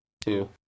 two